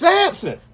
Samson